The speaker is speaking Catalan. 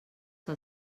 que